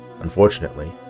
Unfortunately